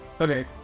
Okay